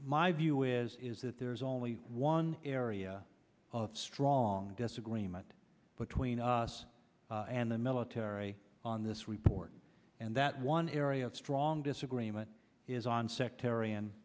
my view is that there is only one area of strong disagreement between us and the military on this report and that one area of strong disagreement is on sectarian